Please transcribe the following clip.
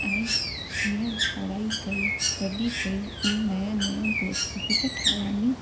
ऐं जीअं पढ़ाई कई वॾी कई ई नया नया दोस्त बि त ठाहिया नी